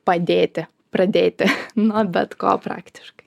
padėti pradėti nuo bet ko praktiškai